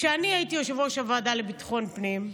כשאני הייתי יושבת-ראש הוועדה לביטחון פנים,